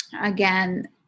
again